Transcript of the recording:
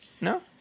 No